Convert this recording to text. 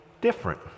different